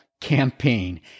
campaign